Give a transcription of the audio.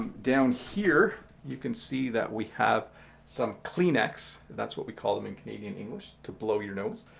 down here you can see that we have some kleenex. that's what we call them in canadian english, to blow your nose.